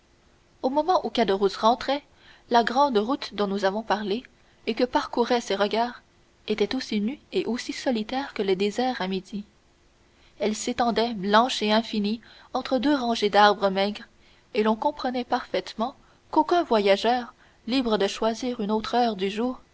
au moment où caderousse rentrait la grande route dont nous avons parlé et que parcouraient ses regards était aussi nue et aussi solitaire que le désert à midi elle s'étendait blanche et infinie entre deux rangées d'arbres maigres et l'on comprenait parfaitement qu'aucun voyageur libre de choisir une autre heure du jour